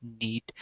need